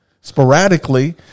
sporadically